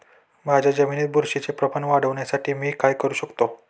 माझ्या जमिनीत बुरशीचे प्रमाण वाढवण्यासाठी मी काय करू शकतो?